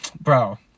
bro